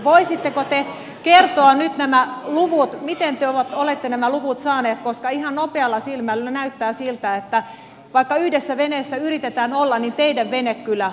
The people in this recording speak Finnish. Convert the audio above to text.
voisitteko te kertoa nyt näistä luvuista miten te olette nämä luvut saaneet koska ihan nopealla silmäilyllä näyttää siltä että vaikka yhdessä veneessä yritetään olla niin teidän veneenne kyllä uppoaisi